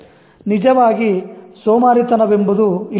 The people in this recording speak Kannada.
ನಿಜವಾಗಿ ಸೋಮಾರಿತನ ವೆಂಬುದು ಇಲ್ಲ